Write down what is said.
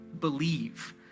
believe